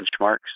benchmarks